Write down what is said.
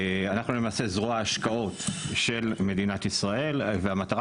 אנחנו למעשה זרוע ההשקעות של מדינת ישראל והמטרה